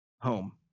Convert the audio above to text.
home